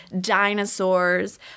dinosaurs